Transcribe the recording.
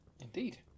Indeed